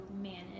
manage